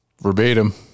verbatim